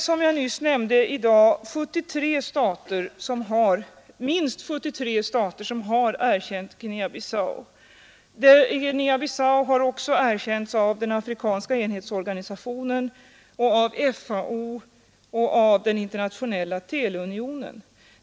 Som jag nämnde, har ett 70-tal stater — minst 73 stycken — erkänt Guinea-Bissau. Dessutom har republiken erkänts av den afrikanska enhetsorganisationen och av FAO och Internationella teleunionen.